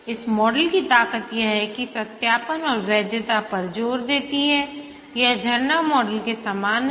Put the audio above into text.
इस मॉडल की ताकत यह है कि सत्यापन और वैधता पर जोर देती है यह झरना मॉडल के समान है